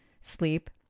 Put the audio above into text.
sleep